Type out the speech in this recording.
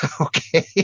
Okay